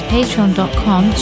patreon.com